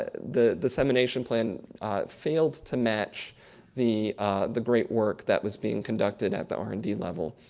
the dissemination plan failed to match the the great work that was being conducted at the r and d level.